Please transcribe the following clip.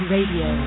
Radio